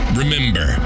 remember